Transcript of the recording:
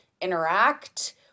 interact